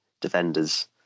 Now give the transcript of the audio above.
defenders